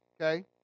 okay